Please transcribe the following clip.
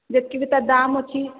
ଯେତିକି ବିି ତା ଦାମ୍ ଅଛି